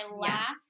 last